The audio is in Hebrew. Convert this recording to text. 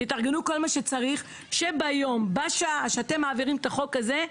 תתארגנו לכל מה שצריך כדי שביום ובשעה שאתם מעבירים את החוק הזה,